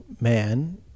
man